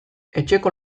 etxeko